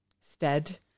stead